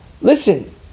listen